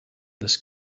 this